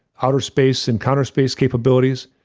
outer space and counter space capabilities,